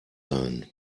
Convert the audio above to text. sein